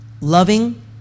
loving